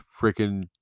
freaking